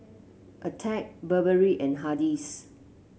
Attack Burberry and Hardy's